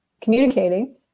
communicating